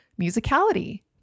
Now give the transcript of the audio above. musicality